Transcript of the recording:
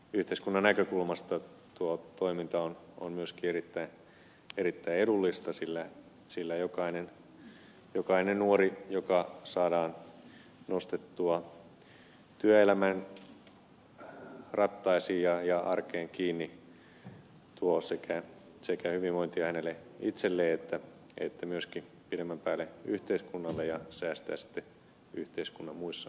yhteiskunnan näkökulmasta tuo toiminta on myöskin erittäin edullista sillä jokainen nuori joka saadaan nostettua työelämän rattaisiin ja arkeen kiinni tuo sekä hyvinvointia itselleen että pidemmän päälle myöskin yhteiskunnalle ja säästää sitten yhteiskunnan muissa kuluissa